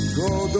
go